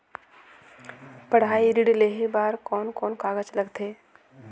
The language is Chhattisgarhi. पढ़ाई ऋण लेहे बार कोन कोन कागज लगथे?